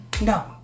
No